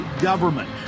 government